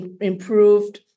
improved